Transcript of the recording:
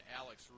alex